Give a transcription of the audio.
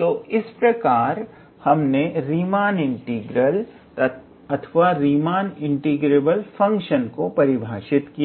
तो इस प्रकार हमने रीमान इंटीग्रल अथवा रीमान इंटीग्रेबल फंक्शन को परिभाषित किया